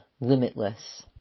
limitless